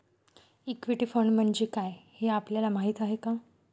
Equity fund म्हणजे काय, हे आपल्याला माहीत आहे का?